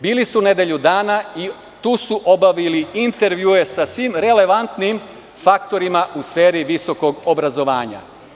Bili su nedelju dana i tu su obavili intervjue sa svim relevantnim faktorima u sferi visokog obrazovanja.